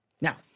Now